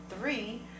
three